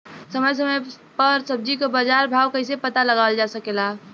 समय समय समय पर सब्जी क बाजार भाव कइसे पता लगावल जा सकेला?